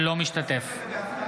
אינו משתתף בהצבעה